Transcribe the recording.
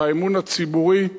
האמון הציבורי.